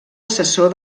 assessor